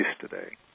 today